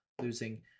losing